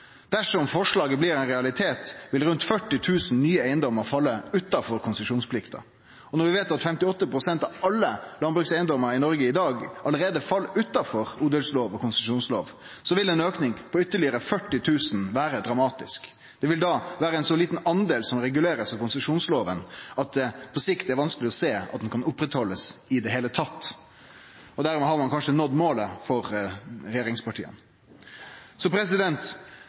Dersom forslaget blir ein realitet, vil rundt 40 000 nye eigedomar falle utanfor konsesjonsplikta. Når vi veit at 58 pst. av alle landbrukseigedomar i Noreg i dag allereie fell utanfor odelslov og konsesjonslov, vil ein auke på ytterlegare 40 000 vere dramatisk. Det vil då vere ein så liten del som blir regulert av konsesjonslova at det på sikt er vanskeleg å sjå at ho kan bli halden ved lag i det heile. Dermed har ein kanskje nådd målet for regjeringspartia.